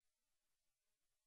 אדום.